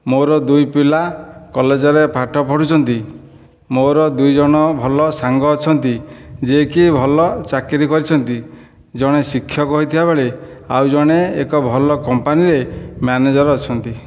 ମୋର ଦୁଇ ପିଲା କଲେଜରେ ପାଠ ପଢ଼ୁଛନ୍ତି ମୋର ଦୁଇ ଜଣ ଭଲ ସାଙ୍ଗ ଅଛନ୍ତି ଯିଏକି ଭଲ ଚାକିରୀ କରିଛନ୍ତି ଜଣେ ଶିକ୍ଷକ ହୋଇଥିବା ବେଳେ ଆଉ ଜଣେ ଏକ ଭଲ କମ୍ପାନୀରେ ମ୍ୟାନେଜର ଅଛନ୍ତି